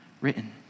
written